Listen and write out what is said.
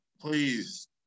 please